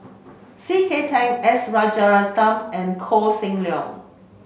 C K Tang S Rajaratnam and Koh Seng Leong